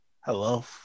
Hello